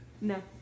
No